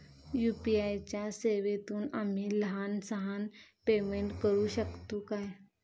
UPI च्या सेवेतून आम्ही लहान सहान पेमेंट करू शकतू काय?